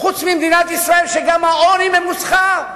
חוץ ממדינת ישראל, שבה גם העוני ממוסחר?